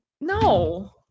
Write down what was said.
No